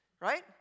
Right